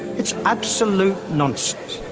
it's absolute nonsense.